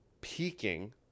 peaking